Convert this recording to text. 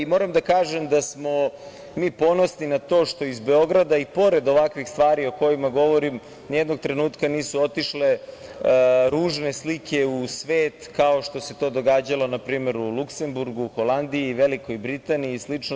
Moram da kažem da smo mi ponosni na to što iz Beograda, i pored ovakvih stvari o kojima govorim, nijednog trenutka nisu otišle ružne slike u svet, kao što se to događalo npr. u Luksemburgu, Holandiji, Velikoj Britaniji i slično.